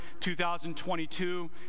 2022